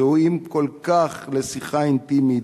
הראויים כל כך לשיחה אינטימית,